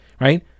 right